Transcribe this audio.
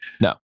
No